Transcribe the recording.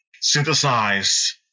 synthesize